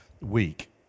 week